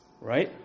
right